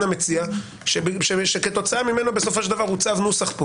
המציע שכתוצאה ממנו בסופו של דבר הוצג כאן נוסח.